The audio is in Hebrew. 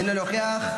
אינו נוכח,